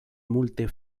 multe